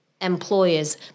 employers